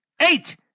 Eight